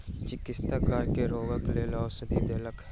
चिकित्सक गाय के रोगक लेल औषधि देलक